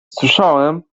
słyszałem